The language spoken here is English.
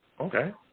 Okay